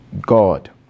God